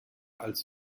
als